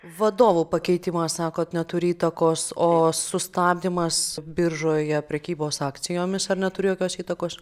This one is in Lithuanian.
vadovo pakeitimas sakot neturi įtakos o sustabdymas biržoje prekybos akcijomis ar neturi jokios įtakos